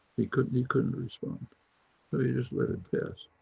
he couldn't he couldn't respond. but he just let it pass.